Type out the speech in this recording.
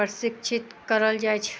प्रशिक्षित करल जाइ छै